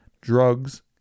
drugs